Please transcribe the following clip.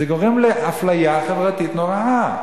זה גורם לאפליה חברתית נוראה,